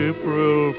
April